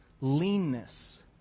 leanness